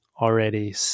Already